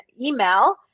email